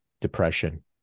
depression